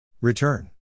return